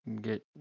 Get